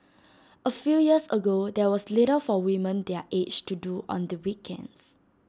A few years ago there was little for women their age to do on the weekends